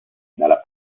dalla